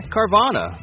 Carvana